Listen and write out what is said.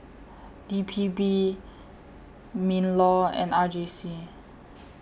D P B MINLAW and R J C